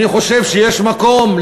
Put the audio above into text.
אני חושב שיש מקום,